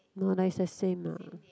no lah is the same lah